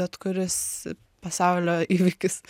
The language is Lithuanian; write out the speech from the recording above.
bet kuris pasaulio įvykis